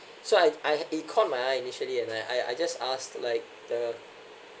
so I I it caught my eye initially and I I just asked like the